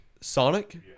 Sonic